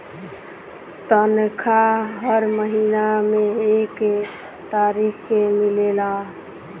तनखाह हर महीना में एक तारीख के मिलेला